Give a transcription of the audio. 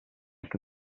che